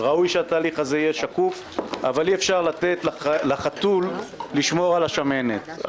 אבל אי אפשר לתת לחתול לשמור על השמנת.